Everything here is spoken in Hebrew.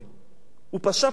הוא פשע פשע מאוד גדול: